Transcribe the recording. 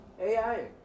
AI